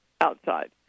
outside